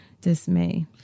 dismay